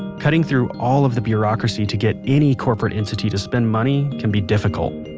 cutting through all of the bureaucracy to get any corporate entity to spend money can be difficult